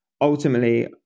ultimately